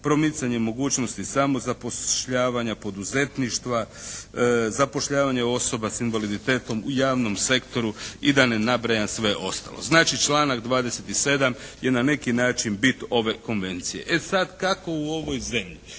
promicanje mogućnosti samozapošljavanja poduzetništva, zapošljavanje osoba s invaliditetom u javnom sektoru i da ne nabrajam sve ostalo. Znači članak 27. je na neki način bit ove Konvencije. E sad kako u ovoj zemlji,